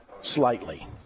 slightly